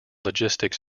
logistics